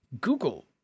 Google